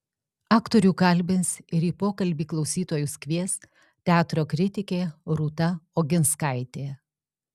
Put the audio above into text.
aktorių kalbins ir į pokalbį klausytojus kvies teatro kritikė rūta oginskaitė